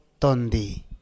Tondi